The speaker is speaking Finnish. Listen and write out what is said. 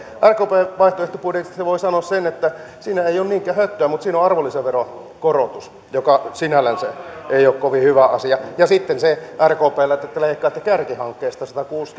rkpn vaihtoehtobudjetista voi sanoa sen että siinä ei ole niinkään höttöä mutta siinä on arvonlisäveron korotus joka sinällänsä ei ole kovin hyvä asia ja sitten on se rkpllä että te te leikkaatte kärkihankkeista